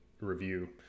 review